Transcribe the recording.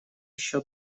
еще